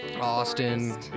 Austin